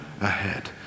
ahead